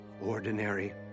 ordinary